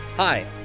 Hi